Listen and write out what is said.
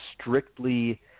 strictly